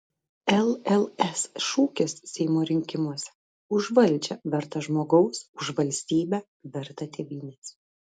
lls šūkis seimo rinkimuose už valdžią vertą žmogaus už valstybę vertą tėvynės